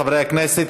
חברי הכנסת,